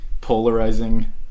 polarizing